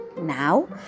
Now